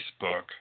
Facebook